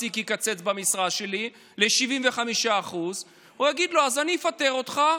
שהמעסיק יקצץ במשרה שלי ל-75% הוא יגיד לו: אז אני אפטר אותך,